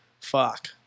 fuck